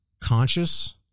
conscious